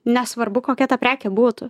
nesvarbu kokia ta prekė būtų